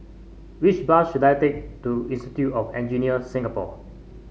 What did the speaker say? which bus should I take to Institute of Engineers Singapore